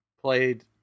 played